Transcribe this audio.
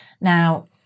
now